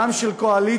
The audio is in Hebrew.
גם של הקואליציה